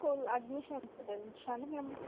school admission గురించి అండి మేము